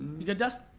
you good dust,